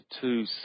two